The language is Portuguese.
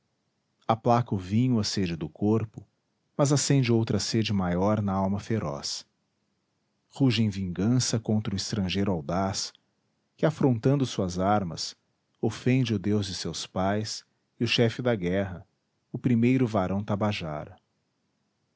vitória aplaca o vinho a sede do corpo mas acende outra sede maior na alma feroz rugem vingança contra o estrangeiro audaz que afrontando suas armas ofende o deus de seus pais e o chefe da guerra o primeiro varão tabajara